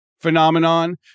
phenomenon